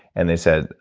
and they said,